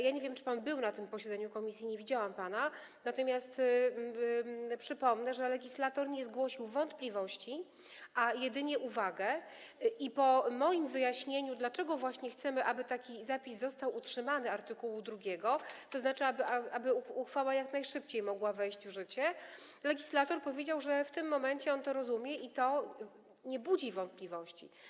Ja nie wiem, czy pan był na tym posiedzeniu komisji, nie widziałam pana, natomiast przypomnę, że legislator nie zgłosił wątpliwości, a jedynie uwagę, i po moim wyjaśnieniu, dlaczego właśnie chcemy, żeby taki zapis art. 2 został utrzymany, tzn. aby uchwała jak najszybciej mogła wejść w życie, legislator powiedział, że w tym momencie on to rozumie i to nie budzi wątpliwości.